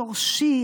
שורשי,